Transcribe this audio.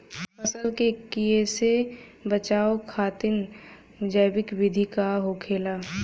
फसल के कियेसे बचाव खातिन जैविक विधि का होखेला?